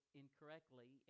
incorrectly